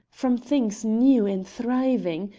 from things new and thriving,